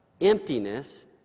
emptiness